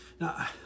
Now